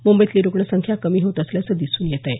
मुंबईतली रुग्णसंख्या कमी होत असल्याचे दिसून येत आहे